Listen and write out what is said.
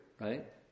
right